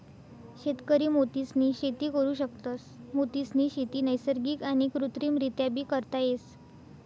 शेतकरी मोतीसनी शेती करु शकतस, मोतीसनी शेती नैसर्गिक आणि कृत्रिमरीत्याबी करता येस